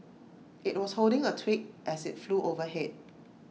IT was holding A twig as IT flew overhead